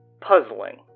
puzzling